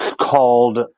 called